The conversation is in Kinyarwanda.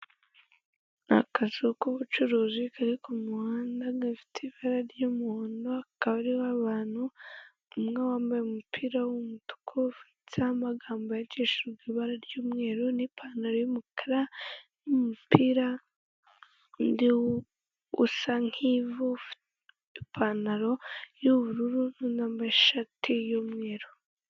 Nikazu k'ubucuruzi kari ku mu muhanda, gafite ibara ry'umuhondo hakaba hari ho abantu umwe wambaye umupira wumutuku wanditsa amagambo yacishajwe ibara ry'umweru n'ipantaro yumukara n'umupira usa nkivu ipantaro y'ubururu n'amashati yumweru.